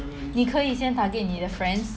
你可以先 target 你的 friends